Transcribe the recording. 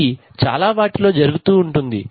ఇది చాలా వాటిలో జరుగుతూ ఉంటుంది